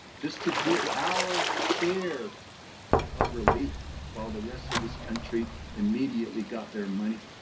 just to get our share of relief, while the rest of this country immediately got their money.